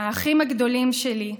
לאחים הגדולים שלי,